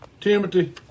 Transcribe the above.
Timothy